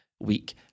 week